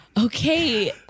Okay